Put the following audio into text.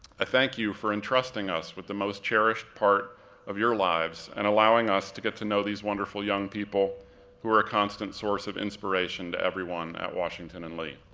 i thank you for entrusting us with the most cherished part of your lives and allowing us to get to know these wonderful young people who are a constant source of inspiration to everyone at washington and lee.